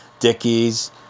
Dickies